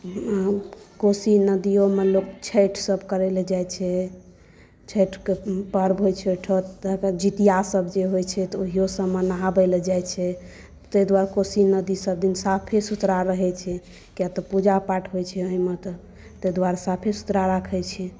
कोशी नदियोमे लोक छठि सब करै लए जाइ छै छठिके पर्व होइ छै ओहिठाम जितिया सब जे होइ छै तऽ ओहियो सबमे नहाबै लए जाइ छै ताहि दुआरे कोशी नदी सब दिन साफे सुथरा रहै छै किया तऽ पूजापाठ होइ छै ओहिमे तऽ तै दुआरऽ साफे सुथरा राखै छै